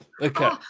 Okay